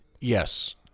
Yes